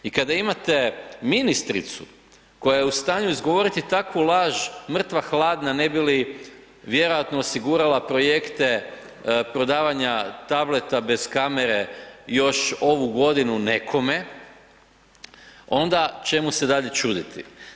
I kada imate ministricu koja je u stanju izgovoriti takvu laž mrtva hladna ne bi li vjerojatno osigurala projekte prodavanja tableta bez kamere još ovu godinu nekome, onda čemu se dalje čuditi.